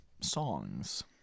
songs